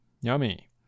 yummy